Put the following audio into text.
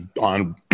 on